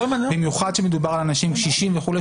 במיוחד כשמדובר על אנשים קשישים וכו'